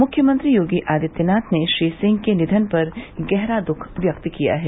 मुख्यमंत्री योगी आदित्यनाथ ने श्री सिंह के निधन पर गहरा दुख व्यक्त किया है